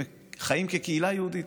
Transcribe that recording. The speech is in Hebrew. חיים כקהילה יהודית,